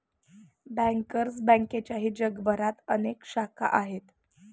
bankers बँकेच्याही जगभरात अनेक शाखा आहेत